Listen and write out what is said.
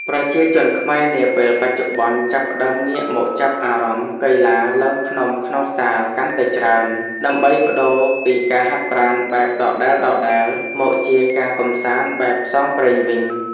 ប្រជាជនខ្មែរនាពេលបច្ចុប្បន្នចាប់ផ្ដើមងាកមកចាប់អារម្មណ៍កីឡាឡើងភ្នំក្នុងសាលកាន់តែច្រើន ដើម្បីប្ដូរពីការហាត់ប្រាណបែបដដែលៗមកជាការកម្សាន្តបែបផ្សងព្រេងវិញ។